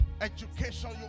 education